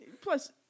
Plus